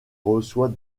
reçoit